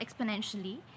exponentially